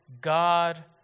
God